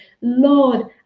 Lord